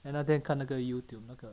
then 那天看那个 Youtube 那个